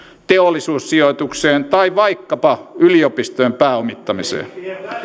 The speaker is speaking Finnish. teollisuussijoitukseen tai vaikkapa yliopistojen pääomittamiseen